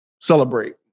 celebrate